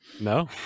No